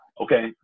okay